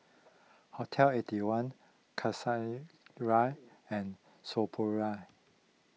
Hotel Eighty One and Sephora